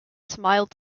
smiled